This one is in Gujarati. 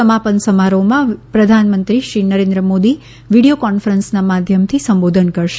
સમાપન સમારોહમાં પ્રધાનમંત્રી શ્રી નરેન્દ્ર મોદી વીડીયો કોન્ફરન્સના માધ્યમથી સંબોધન કરશે